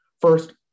First